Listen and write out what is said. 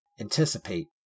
anticipate